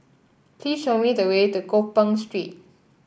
please show me the way to Gopeng Street